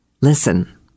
Listen